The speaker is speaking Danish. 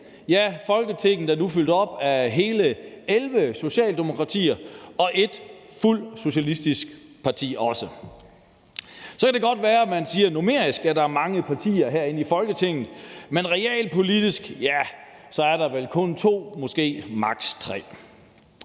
Ja, Folketinget er nu fyldt op af hele 11 socialdemokratier, og der er også et parti, der er fuldt ud socialistisk. Så kan det godt være, at man siger, at der numerisk er mange partier herinde i Folketinget, men realpolitisk er der vel kun to eller måske maks. tre